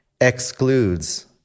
excludes